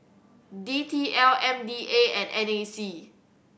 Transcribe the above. D T L M D A and N A C